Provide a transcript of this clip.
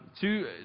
Two